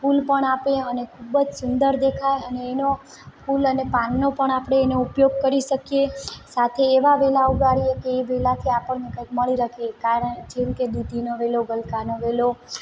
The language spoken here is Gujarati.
ફૂલ પણ આપે અને ખૂબ જ સુંદર દેખાય અને એનો ફૂલ અને પાનનો પણ આપણે એનો ઉપયોગ કરી શકીએ સાથે એવા વેલા ઉગાડીએ કે એ સાથે આપણને કંઈક મળી રહે કારણ કે જેમ કે દૂધીનો વેલો ગલકાનો વેલો